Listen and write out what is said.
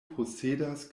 posedas